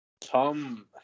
Tom